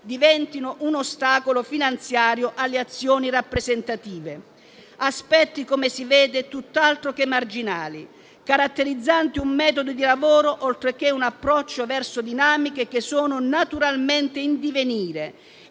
diventino un ostacolo finanziario alle azioni rappresentative. Sono aspetti, come si vede, tutt'altro che marginali, caratterizzanti un metodo di lavoro oltreché un approccio verso dinamiche che sono naturalmente in divenire